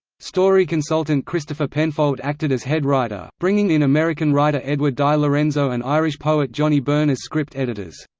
story consultant christopher penfold acted as head writer, bringing in american writer edward di lorenzo and irish poet johnny byrne as script editors.